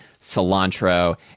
Cilantro